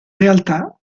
realtà